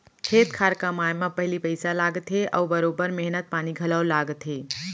खेत खार कमाए म पहिली पइसा लागथे अउ बरोबर मेहनत पानी घलौ लागथे